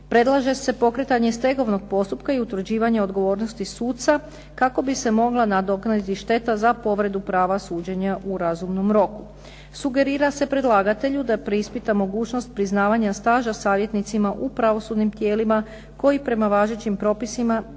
Predlaže se pokretanje stegovnog postupka i utvrđivanje odgovornosti suca, kako bi se mogla nadoknaditi šteta za povredu prava suđenja u razumnom roku. Sugerira se predlagatelju da preispita mogućnost priznavanja staža savjetnicima u pravosudnim tijelima, koji prema važećim propisima